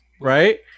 right